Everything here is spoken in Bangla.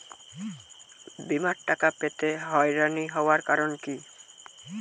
বিমার টাকা পেতে হয়রানি হওয়ার কারণ কি?